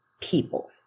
people